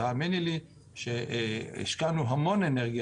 והאמיני לי שהשקענו המון אנרגיה,